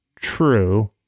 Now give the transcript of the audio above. true